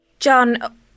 John